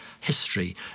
history